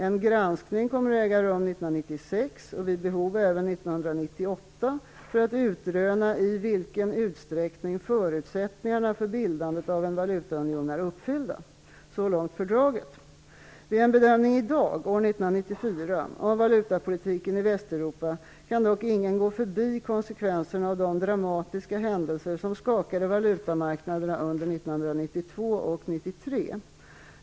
En granskning kommer att äga rum 1996, och vid behov även 1998, för att utröna i vilken utsträckning förutsättningarna för bildandet av en valutaunion är uppfyllda. Så långt fördraget. Vid en bedömning i dag, år 1994, av valutapolitiken i Västeuropa kan dock ingen gå förbi konsekvenserna av de dramatiska händelser som skakade valutamarknaderna under 1992 och 1993.